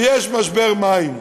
ויש משבר מים?